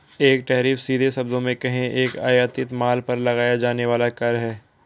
एक टैरिफ, सीधे शब्दों में कहें, एक आयातित माल पर लगाया जाने वाला कर है